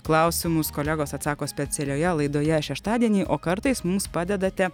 klausimus kolegos atsako specialioje laidoje šeštadienį o kartais mums padedate